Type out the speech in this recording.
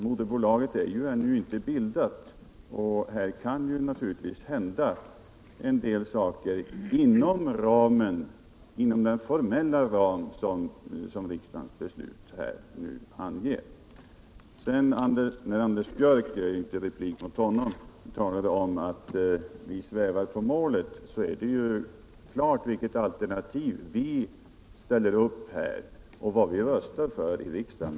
Moderbolaget är ju ännu inte bildat, och här kan det naturligtvis hända en del saker inom den formella ram som riksdagens beslut nu anger. Anders Björck — jag är nu inte i replik mot honom — talade om att vi svävar på målet. Men det är klart vilket alternativ vi ställer och vad vi röstar för i riksdagen.